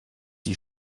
die